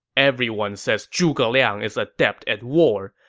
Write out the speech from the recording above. everyone says zhuge liang is adept at war,